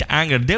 anger